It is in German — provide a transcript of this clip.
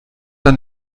dann